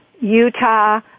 Utah